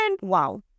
Wow